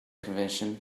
convention